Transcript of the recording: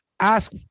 Ask